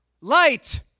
Light